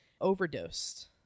overdosed